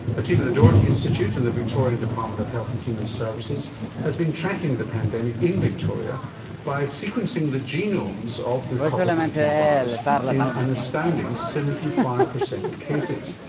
a team at the doherty institute and the victorian department of health and human services has been tracking the pandemic in victoria by sequencing the genomes of the covid nineteen virus in an astounding seventy five percent of cases.